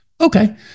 Okay